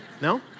No